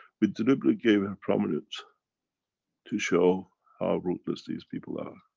with deliberate gave her prominence to show, how ruthless these people are.